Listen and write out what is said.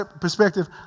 perspective